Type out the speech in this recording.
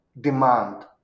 demand